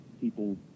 people